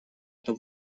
эту